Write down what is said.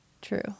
True